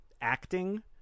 acting